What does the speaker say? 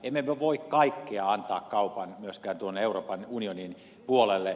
emme me voi kaikkea antaa kaupan myöskään tuonne euroopan unionin puolelle